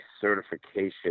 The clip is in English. certification